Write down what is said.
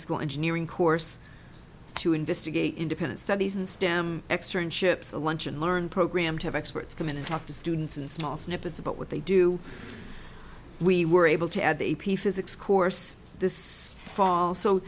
school engineering course to investigate independent studies in stem xorn ships a lunch and learn program to have experts come in and talk to students and small snippets about what they do we were able to add the a p physics course this fall so